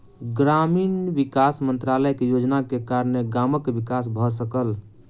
ग्रामीण विकास मंत्रालय के योजनाक कारणेँ गामक विकास भ सकल